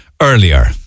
earlier